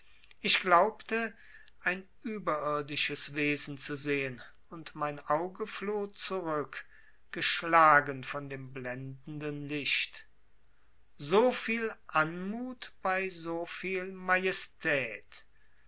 ich glaubte ein überirdisches wesen zu sehen und mein auge floh zurück geschlagen von dem blendenden licht so viel anmut bei so viel majestät